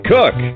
Cook